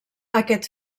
aquest